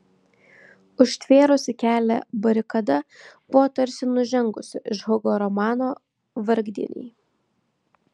užtvėrusi kelią barikada buvo tarsi nužengusi iš hugo romano vargdieniai